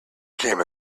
came